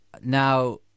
Now